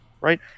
right